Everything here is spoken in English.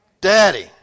daddy